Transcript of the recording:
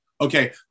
okay